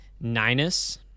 Ninus